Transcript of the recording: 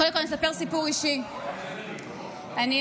קודם כול, אני אספר סיפור אישי.